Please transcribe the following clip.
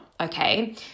okay